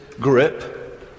grip